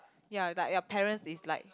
ya like your parents is like